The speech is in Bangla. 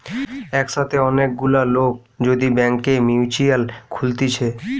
একসাথে অনেক গুলা লোক যদি ব্যাংকে মিউচুয়াল খুলতিছে